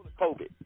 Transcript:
COVID